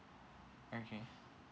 okay